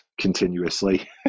continuously